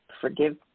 forgive